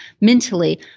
mentally